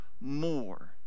more